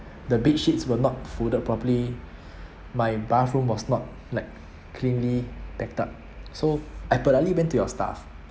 the bedsheets were not folded properly my bathroom was not like cleanly packed up so I politely went to your staff